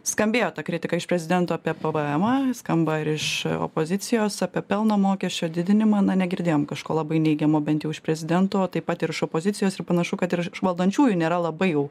skambėjo ta kritika iš prezidento apie pvmą skamba ir iš opozicijos apie pelno mokesčio didinimą na negirdėjom kažko labai neigiamo bent jau iš prezidento taip pat ir iš opozicijos ir panašu kad ir iš valdančiųjų nėra labai jau